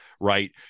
right